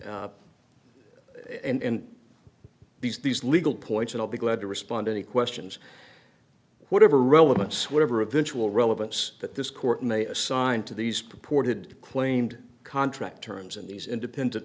and these these legal points and i'll be glad to respond any questions whatever relevance whatever eventual relevance that this court may assign to these purported claimed contract terms in these independent